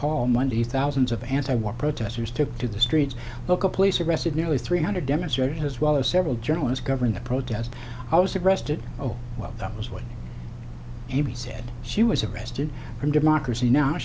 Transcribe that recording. paul monday thousands of anti war protesters took to the streets local police arrested nearly three hundred demonstrators as well as several journalists covering the protest i was arrested oh well that was what he said she was arrested from democracy now